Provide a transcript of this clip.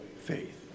faith